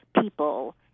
people